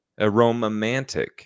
Aromantic